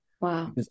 Wow